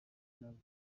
navuye